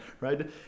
right